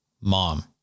mom